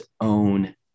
own